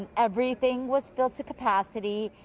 everything was filled to capacity,